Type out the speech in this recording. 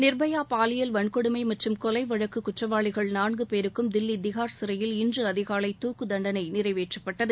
நிர்பயா பாலியல் வன்கொடுமை மற்றும் கொலை வழக்கு குற்றவாளிகள் நான்கு பேருக்கும் தில்லி திகார் சிறையில் இன்று அதிகாலை தூக்குத் தண்டனை நிறைவேற்றப்பட்டது